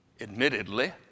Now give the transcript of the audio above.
Admittedly